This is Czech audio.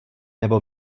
nebo